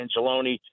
Angeloni